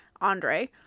andre